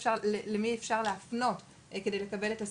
למי אפשר להפנות כדי לקבל את הסיוע,